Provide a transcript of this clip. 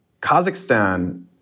Kazakhstan